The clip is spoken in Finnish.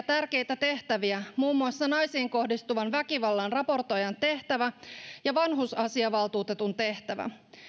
tärkeitä tehtäviä muun muassa naisiin kohdistuvan väkivallan raportoijan tehtävä ja vanhusasiavaltuutetun tehtävä